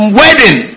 wedding